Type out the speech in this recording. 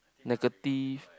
negative